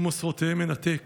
ומוסרותיהם ינתק,